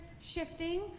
shifting